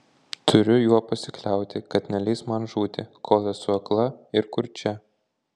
turiu juo pasikliauti kad neleis man žūti kol esu akla ir kurčia